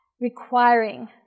requiring